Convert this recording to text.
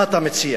מה אתה מציע?